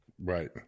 Right